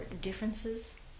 differences